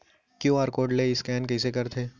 QR code ले scan कइसे करथे?